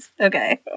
Okay